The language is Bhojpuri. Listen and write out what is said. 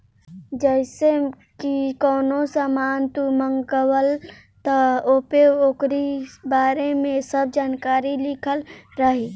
जइसे की कवनो सामान तू मंगवल त ओपे ओकरी बारे में सब जानकारी लिखल रहि